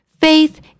Faith